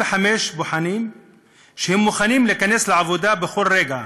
בוחנים שמוכנים להיכנס לעבודה בכל רגע.